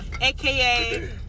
AKA